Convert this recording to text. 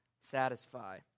satisfy